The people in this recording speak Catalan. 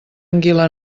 anguila